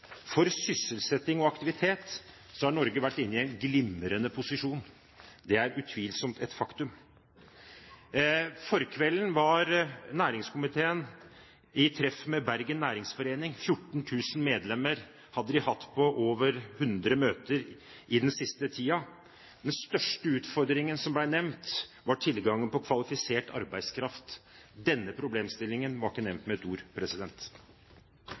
For sysselsetting og aktivitet har Norge vært inne i en glimrende posisjon. Det er utvilsomt et faktum. Forleden kveld var næringskomiteen på treff med Bergen Næringsråd. 14 000 medlemmer hadde de hatt på over 100 møter i den siste tiden. Den største utfordringen som ble nevnt, var tilgangen på kvalifisert arbeidskraft. Denne problemstillingen var ikke nevnt med ett ord.